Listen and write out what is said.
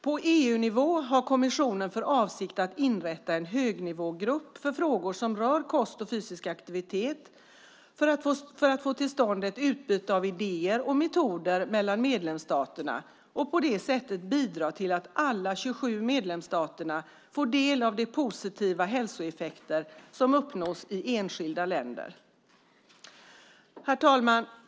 På EU-nivå har kommissionen för avsikt att inrätta en högnivågrupp för frågor som rör kost och fysisk aktivitet för att få till stånd ett utbyte av idéer och metoder mellan medlemsstaterna och på det sättet bidra till att alla 27 medlemsstaterna får del av de positiva hälsoeffekter som uppnås i enskilda länder. Herr talman!